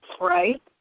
Right